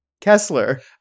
Kessler